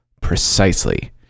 precisely